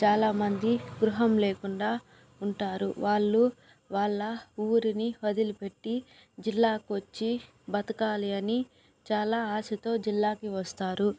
చాలామంది గృహం లేకుండా ఉంటారు వాళ్లు వాళ్ల ఊరుని వదిలిపెట్టి జిల్లా కొచ్చి బతకాలి అని చాలా ఆశతో జిల్లాకి వస్తారు